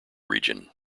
region